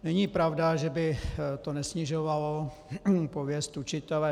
Není pravda, že by to nesnižovalo pověst učitele.